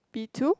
B two